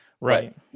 right